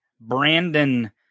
Brandon